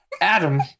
Adam